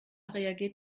reagiert